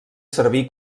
servir